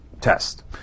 test